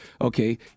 Okay